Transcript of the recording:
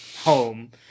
home